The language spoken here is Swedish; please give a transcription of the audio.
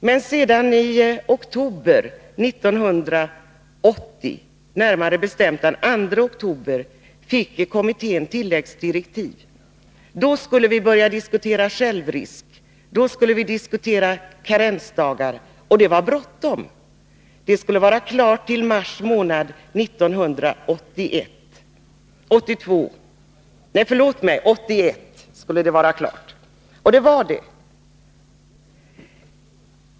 Men den 2 oktober 1980 fick kommittén tilläggsdirektiv. Då skulle vi börja diskutera självrisk. Då skulle vi diskutera karensdagar, och det var bråttom. Arbetet skulle vara klart till mars 1981. Och det var det.